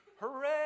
hooray